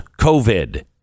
COVID